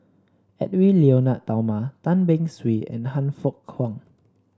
Edwy Lyonet Talma Tan Beng Swee and Han Fook Kwang